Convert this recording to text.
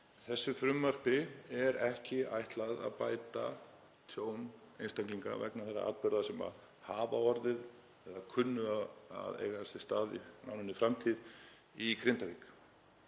að frumvarpinu er ekki ætlað að bæta tjón einstaklinga vegna þeirra atburða sem hafa orðið eða kunna að eiga sér stað í náinni framtíð í Grindavík.